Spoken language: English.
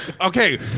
Okay